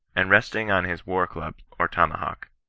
and resting on his war-club or tomahawk.